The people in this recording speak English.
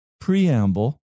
preamble